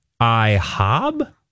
IHOB